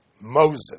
Moses